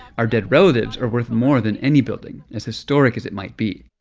our dead relatives are worth more than any building, as historic as it might be.